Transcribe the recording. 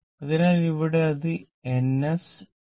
അതിനാൽ ഇവിടെ അത് N S N S